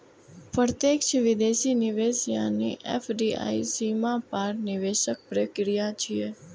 प्रत्यक्ष विदेशी निवेश यानी एफ.डी.आई सीमा पार निवेशक प्रक्रिया छियै